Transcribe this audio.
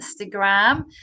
Instagram